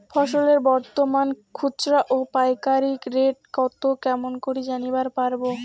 ফসলের বর্তমান খুচরা ও পাইকারি রেট কতো কেমন করি জানিবার পারবো?